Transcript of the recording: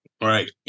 Right